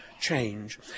change